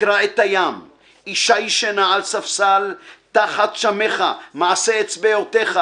תקרע את הים אישה ישנה על ספסל תחת שמך מעשה אצבעותיך.